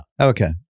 Okay